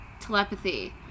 telepathy